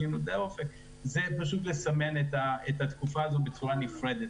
זה פשוט לסמן את התקופה הזאת בצורה נפרדת,